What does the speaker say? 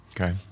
Okay